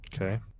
Okay